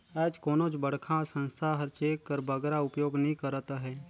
आएज कोनोच बड़खा संस्था हर चेक कर बगरा उपयोग नी करत अहे